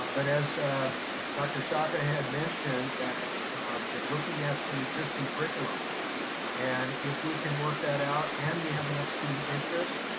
but but as dr. sciaccaa had mentioned that um they're looking at some existing curriculum and if we can work that out and we have enough student interest,